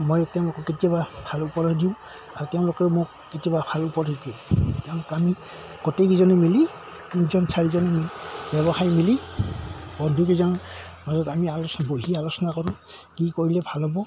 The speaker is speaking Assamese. মই তেওঁলোকক কেতিয়াবা ভাল উপদেশ দিওঁ আৰু তেওঁলোকেও মোক কেতিয়াবা ভাল উপদেশ দিয়ে তেওঁলোকে আমি গোটেইকেইজনে মিলি তিনিজন চাৰিজন ব্যৱসায়ী মিলি বন্ধুকেইজনৰ মাজত আমি আলোচনা বহি আলোচনা কৰোঁ কি কৰিলে ভাল হ'ব